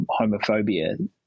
homophobia